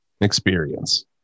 experience